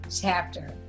chapter